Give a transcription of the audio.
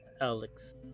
Alex